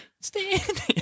Stand